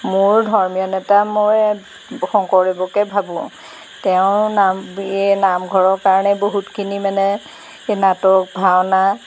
মোৰ ধৰ্মীয় নেতা মই শংকৰদেৱকে ভাবোঁ তেওঁৰ নাম বি নামঘৰৰ কাৰণে বহুতখিনি মানে নাটক ভাওনা